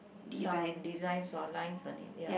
some designs or lines on it ya